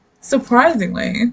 Surprisingly